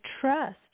trust